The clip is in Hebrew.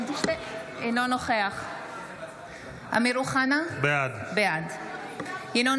אינו נוכח אמיר אוחנה, בעד ינון